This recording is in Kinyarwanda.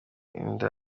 inda